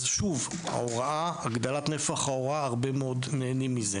אז, שוב, הרבה מאוד נהנים מהגדלת נפח ההוראה.